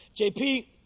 JP